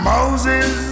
Moses